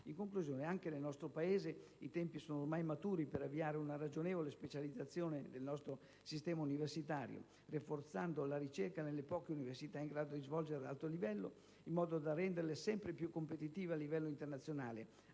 In conclusione, anche nel nostro Paese i tempi sono ormai maturi per avviare una ragionevole specializzazione del nostro sistema universitario, rafforzando la ricerca nelle poche università in grado di svolgerla ad alto livello, in modo da renderle sempre più competitive a livello internazionale,